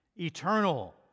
eternal